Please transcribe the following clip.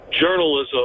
journalism